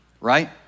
Right